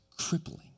crippling